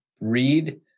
read